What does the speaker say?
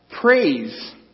praise